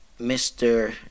Mr